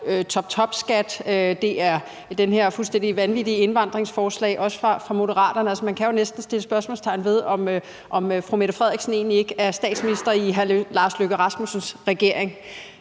toptopskat og om det her fuldstændig vanvittige indvandringsforslag, også fra Moderaterne. Man kan jo næsten sætte spørgsmålstegn ved, om fru Mette Frederiksen egentlig ikke er statsminister i hr. Lars Løkke Rasmussens regering.